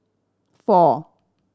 four